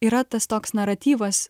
yra tas toks naratyvas